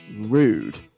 rude